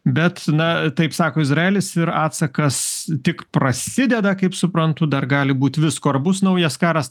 bet na taip sako izraelis ir atsakas tik prasideda kaip suprantu dar gali būti visko ar bus naujas karas